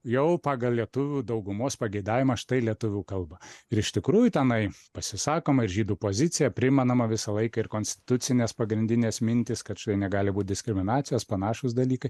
jau pagal lietuvių daugumos pageidavimą štai lietuvių kalba ir iš tikrųjų tenai pasisakoma ir žydų pozicija primenama visą laiką ir konstitucinės pagrindinės mintys kad štai negali būt diskriminacijos panašūs dalykai